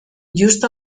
just